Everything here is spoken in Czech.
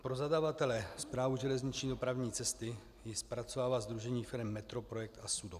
Pro zadavatele, Správu železniční dopravní cesty, ji zpracovává sdružení firem METROPROJEKT a SUDOP.